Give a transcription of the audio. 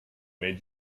made